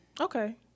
okay